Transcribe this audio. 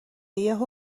یهو